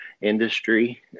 industry